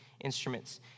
instruments